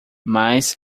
mas